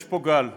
יש פה גל,